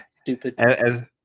Stupid